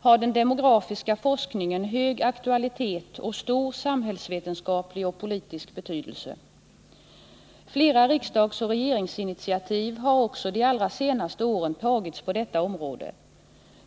har den demografiska forskningen hög aktualitet samt stor samhällsvetenskaplig och politisk betydelse. Flera riksdagsoch regeringsinitiativ har också de allra senaste åren tagits på detta område.